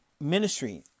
ministry